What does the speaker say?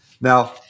Now